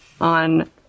on